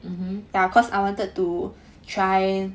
mmhmm